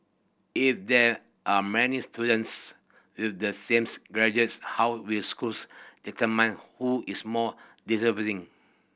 if there are many students with the same graduates how will schools determine who is more deserving